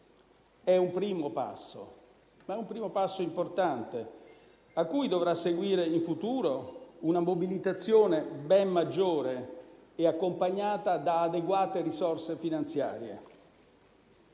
È un primo passo, ma un primo passo importante a cui dovrà seguire, in futuro, una mobilitazione ben maggiore e accompagnata da adeguate risorse finanziarie.